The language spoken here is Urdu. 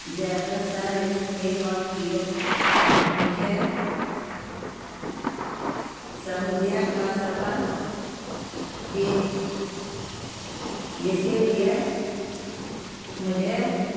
ذارا سا اس لیے کال کیے مجھے سعودیہ کا سفر جی جس کے لیے مجھے